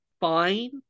fine